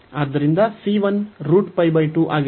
ಆದ್ದರಿಂದ c 1 √π 2 ಆಗಿರುತ್ತದೆ